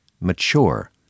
mature